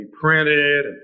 printed